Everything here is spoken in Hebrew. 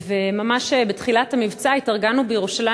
ממש בתחילת המבצע התארגנו בירושלים.